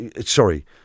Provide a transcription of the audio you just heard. Sorry